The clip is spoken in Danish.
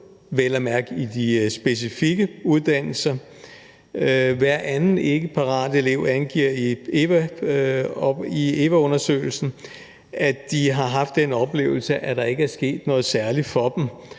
vel at mærke i de specifikke uddannelser. Hver anden ikkeparate elev angiver i EVA-undersøgelsen, at de har haft den oplevelse, at der ikke er sket noget særligt for dem